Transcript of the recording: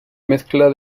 mezcla